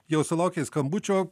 jau sulaukei skambučio